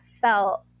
felt